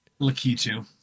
Lakitu